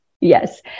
Yes